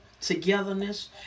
togetherness